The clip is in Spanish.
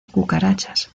cucarachas